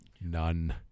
None